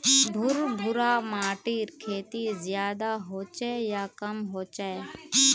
भुर भुरा माटिर खेती ज्यादा होचे या कम होचए?